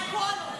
בכול?